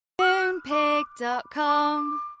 Moonpig.com